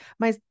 mas